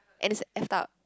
and it's like F up